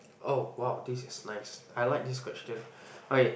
oh !wah! this is nice I like this question okay